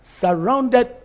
surrounded